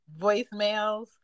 voicemails